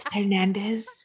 Hernandez